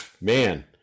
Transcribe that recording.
man